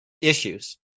issues